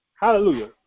Hallelujah